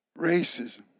racism